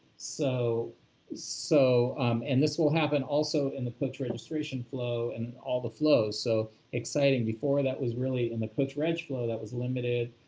so so and this will happen also in the coach registration flow and all the flows, so exciting. before that was really, in the coach reg flow, that was limited.